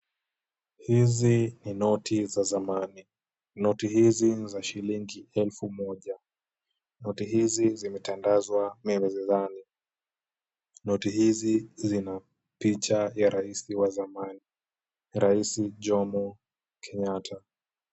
Hizi ni noti za zamani. Noti hizi ni za shilingi elfu moja. Noti hizi zimetandazwa mezani. Noti hizi zina picha ya rais wa zamani rais Jomo Kenyatta.